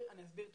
אני אסביר.